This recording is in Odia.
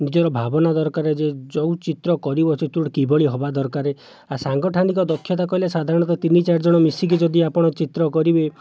ନିଜର ଭାବନା ଦରକାର ଯେ ଯେଉଁ ଚିତ୍ର କରିବ ଚିତ୍ରଟି କିଭଳି ହେବା ଦରକାର ଆଉ ସାଙ୍ଗଠାନିକ ଦକ୍ଷତା କହିଲେ ସାଧାରଣତ ତିନି ଚାରିଜଣ ମିଶିକି ଯଦି ଆପଣ ଚିତ୍ର କରିବେ